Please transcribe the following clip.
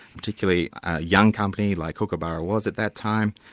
particularly a young company like kookaburra was at that time.